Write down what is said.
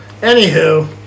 Anywho